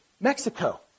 Mexico